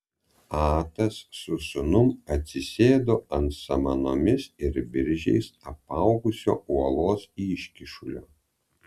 atas su sūnum atsisėdo ant samanomis ir viržiais apaugusio uolos iškyšulio